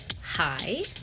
Hi